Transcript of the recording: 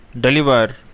deliver